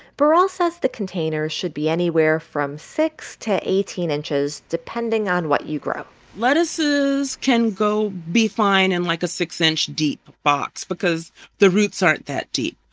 burrell says the container should be anywhere from six to eighteen inches depending on what you grow lettuces can go be fine in, like, a six inch deep box because the roots aren't that deep.